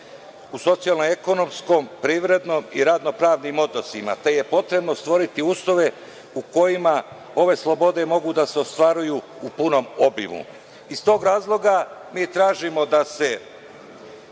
u socijalnoekonomskom, privrednom i radno-pravnim odnosima, te je potrebno stvoriti uslove u kojima ove slobode mogu da se ostvaruju u punom obimu. Iz tog razloga, mi tražimo da dođe